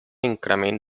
increment